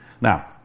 Now